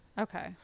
Okay